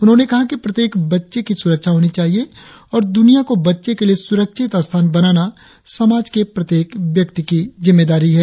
उन्होंने कहा कि प्रत्येक बच्चे की सुरक्षा होनी चाहिए और दुनिया को बच्चों के लिए सुरक्षित स्थान बनाना समाज के प्रत्येक व्यक्ति की जिम्मेदारी है